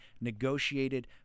negotiated